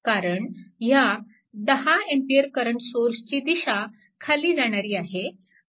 कारण ह्या10A करंट सोर्सची दिशा खाली जाणारी आहे